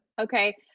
Okay